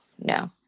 no